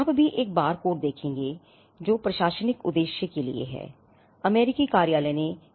आप भी एक बारकोड भी दिया है